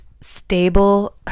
stable